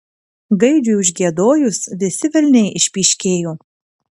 gaidžiui užgiedojus visi velniai išpyškėjo